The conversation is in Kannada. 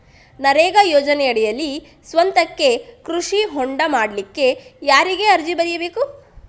ನರೇಗಾ ಯೋಜನೆಯಡಿಯಲ್ಲಿ ಸ್ವಂತಕ್ಕೆ ಕೃಷಿ ಹೊಂಡ ಮಾಡ್ಲಿಕ್ಕೆ ಯಾರಿಗೆ ಅರ್ಜಿ ಬರಿಬೇಕು?